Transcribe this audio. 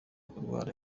kurwara